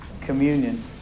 communion